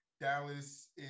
Dallas